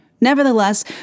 Nevertheless